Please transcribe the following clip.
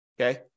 Okay